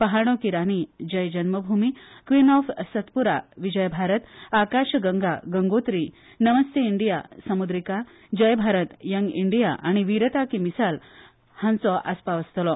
पहाडोंकी रानी जय जन्मभूमी क्विन ऑफ सत्पुरा विजय भारत आकाशगंगा गंगोत्री नमस्ते इंडीया सम्द्रिका जय भारत यंग इंडीया आनी विरता की मिसाल हांचो आसपाव आसतलो